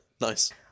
Nice